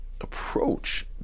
approach